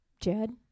Jed